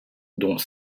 dont